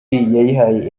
yayihaye